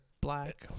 Black